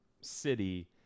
city